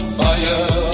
fire